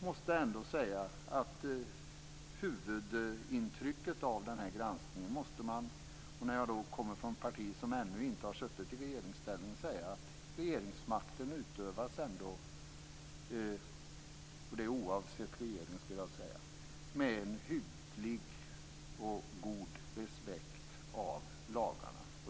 Men huvudintrycket måste man väl ändå säga är - jag tillhör ju ett parti som ännu inte varit i regeringsställning - att regeringsmakten, oavsett regering, utövas med en hygglig, en god, respekt för lagarna.